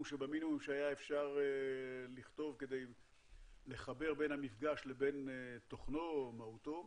שבמינימום שהיה אפשר לכתוב כדי לחבר בין המפגש לבין תוכנו או מהותו,